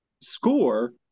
score